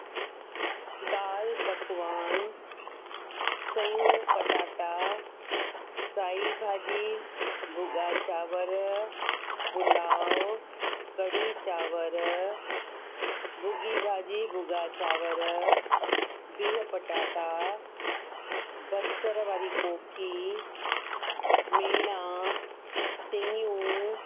दाल पकवान सयूं पटाटा साई भाॼी भुॻा चांवर पुलाव कढ़ी चांवर भुॻी भाॼी भुॻा चावर बिह पटाटा बसर वारी कोकी मेणा सिङियूं